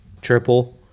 triple